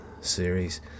series